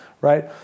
right